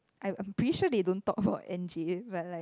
I I'm pretty sure they don't talk about N_J but like